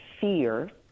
fear